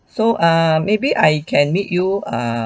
so uh maybe I can meet you uh